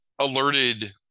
alerted